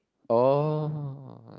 oh